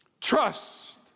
trust